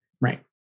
right